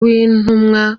w’intumwa